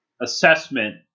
assessment